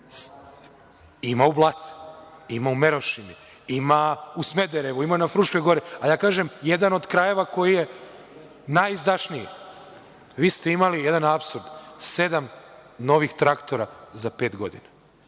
Ima u Blace, ima u Merošini, ima u Smederevu, ima na Fruškoj Gori, a ja kažem – jedan od krajeva koji je najizdašniji. Vi ste imali jedan apsurd – sedam novih traktora za pet godina.